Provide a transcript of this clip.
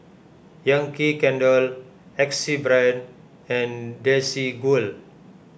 Yankee Candle Axe Brand and Desigual